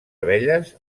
abelles